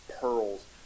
pearls